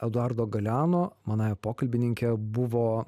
eduardo galeano manąja pokalbininke buvo